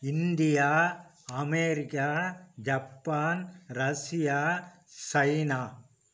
India America Japan Russia China